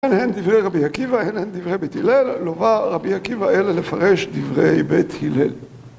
אין, אין דברי רבי עקיבא, אין, אין דברי בית הלל, לווה רבי עקיבא אלה לפרש דברי בית הלל.